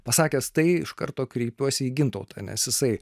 pasakęs tai iš karto kreipiuosi į gintautą nes jisai